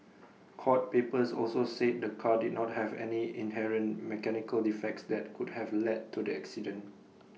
court papers also said the car did not have any inherent mechanical defects that could have led to the accident